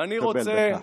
אני רוצה